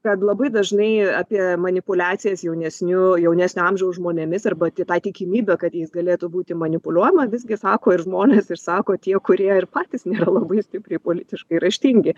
kad labai dažnai apie manipuliacijas jaunesniu jaunesnio amžiaus žmonėmis arba ti tą tikimybę kad jais galėtų būti manipuliuojama visgi išsako ir žmonės ir išsako tie kurie ir patys nėra labai stipriai politiškai raštingi